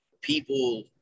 people